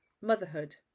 motherhood